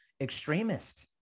extremist